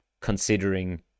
considering